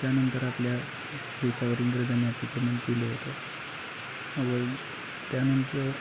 त्यानंतर आपल्या देशावर इंग्रजांनी अतिक्रमण केलं होतं व त्यानंतर